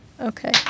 Okay